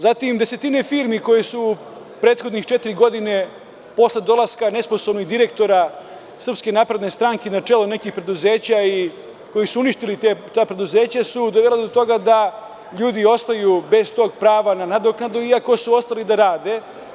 Zatim desetine firmi koje su prethodnih četiri godine posle dolaska nesposobnih direktora SNS na čelo nekih preduzeća i koji su uništili preduzeća, doveli su do toga da ljudi ostaju bez tog prava na nadoknadu iako su ostali da rade.